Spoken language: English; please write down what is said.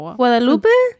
Guadalupe